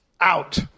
out